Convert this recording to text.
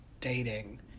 dating